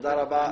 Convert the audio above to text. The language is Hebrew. תודה רבה.